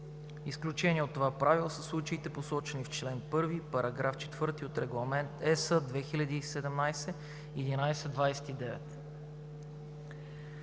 Изключение от това правило са случаите, посочени в член 1, параграф 4 от Регламент (EС) 2017/1129.